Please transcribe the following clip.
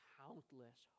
countless